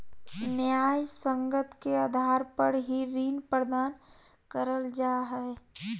न्यायसंगत के आधार पर ही ऋण प्रदान करल जा हय